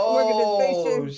organization